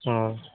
ହଁ